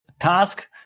task